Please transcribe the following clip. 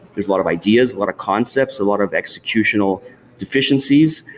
there's a lot of ideas, lot of concepts, a lot of executional deficiencies.